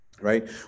right